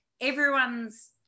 everyone's